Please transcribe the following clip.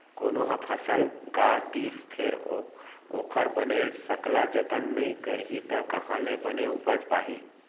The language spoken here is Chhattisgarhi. कोनो ह फसल गा दिस फेर ओखर बने सकला जतन नइ करही त काँहा ले बने उपज पाही